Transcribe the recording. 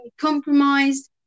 compromised